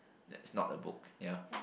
that's not a book ya